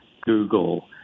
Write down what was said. Google